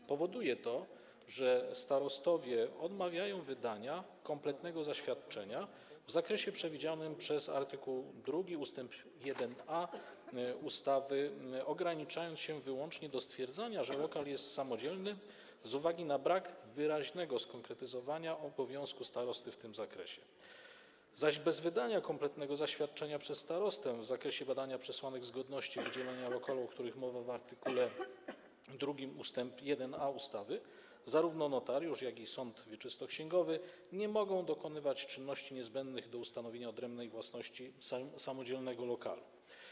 To powoduje, że starostowie odmawiają wydania kompletnego zaświadczenia w zakresie przewidzianym w art. 2 ust. 1a ustawy i ograniczają się wyłącznie do stwierdzenia, że lokal jest samodzielny z uwagi na brak wyraźnego skonkretyzowania obowiązku starosty w tym zakresie, zaś bez wydania kompletnego zaświadczenia przez starostę w zakresie zbadania przesłanek zgodności wydzielenia lokalu, o których mowa w art. 2 ust. 1a ustawy, zarówno notariusz, jak i sąd wieczystoksięgowy nie mogą dokonywać czynności niezbędnych do ustanowienia odrębnej własności samodzielnego lokalu.